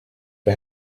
for